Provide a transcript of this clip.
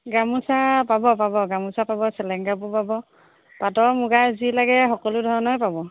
গামোচা পাব পাব গামোচা পাব চেলেং কাপোৰ পাব পাটৰ মুগা যি লাগে সকলো ধৰণৰেই পাব